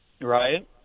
Right